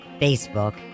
Facebook